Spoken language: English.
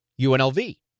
UNLV